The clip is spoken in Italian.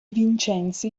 vincenzi